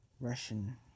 Russian